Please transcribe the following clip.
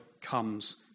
comes